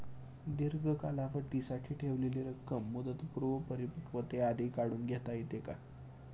दीर्घ कालावधीसाठी ठेवलेली रक्कम मुदतपूर्व परिपक्वतेआधी काढून घेता येते का?